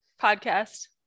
podcast